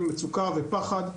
מצוקה ופחד.